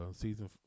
season